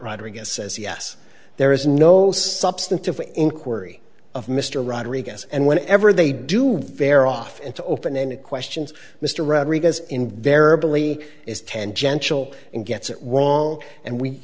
rodriguez says yes there is no substantive inquiry of mr rodriguez and when ever they do fare off into open ended questions mr rodriguez invariably is tangential and gets it wrong and we